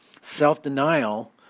self-denial